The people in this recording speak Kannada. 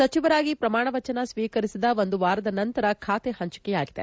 ಸಚಿವರಾಗಿ ಪ್ರಮಾಣವಚನ ಸ್ವೀಕರಿಸಿದ ಒಂದು ವಾರದ ನಂತರ ಖಾತೆ ಪಂಚಿಕೆಯಾಗಿದೆ